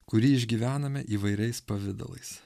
kurį išgyvename įvairiais pavidalais